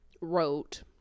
wrote